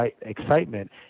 excitement